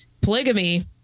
Polygamy